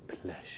pleasure